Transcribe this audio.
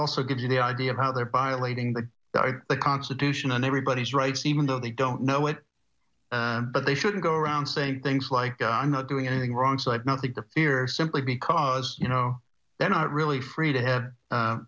also gives you the idea of how thereby leading to the constitution and everybody's rights even though they don't know it but they shouldn't go around saying things like i'm not doing anything wrong side nothing to fear simply because you know they're not really free to have